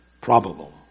probable